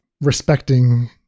respecting